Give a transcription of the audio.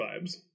vibes